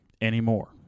anymore